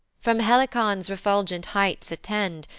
from helicon's refulgent heights attend,